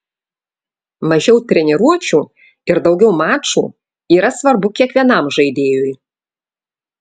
mažiau treniruočių ir daugiau mačų yra svarbu kiekvienam žaidėjui